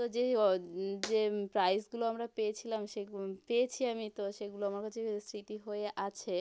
তো যে যে প্রাইজগুলো আমরা পেয়েছিলাম সেগু পেয়েছি আমি তো সেগুলো আমার কাছে স্মৃতি হয়ে আছে